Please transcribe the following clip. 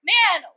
Man